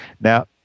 Now